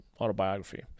Autobiography